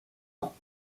ans